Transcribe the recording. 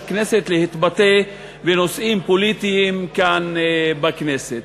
כנסת להתבטא בנושאים פוליטיים כאן בכנסת.